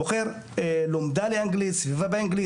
בוחר לומדה לאנגלית,